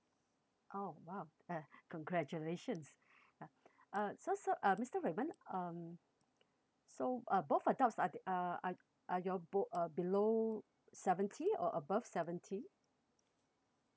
oh !wow! uh congratulations uh so sir uh mister raymond um so uh both adults are the~ uh are are your bo~ uh below seventy or above seventy